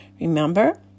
Remember